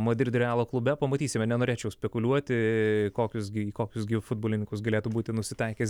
madrido realo klube pamatysime nenorėčiau spekuliuoti kokius gi kokius gi futbolininkus galėtų būti nusitaikęs